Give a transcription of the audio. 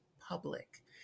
public